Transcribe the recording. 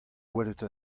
welet